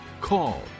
call